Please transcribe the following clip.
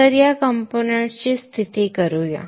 तर या कंपोनेंट्स ची स्थिती करूया